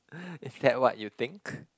is that what you think